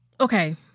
okay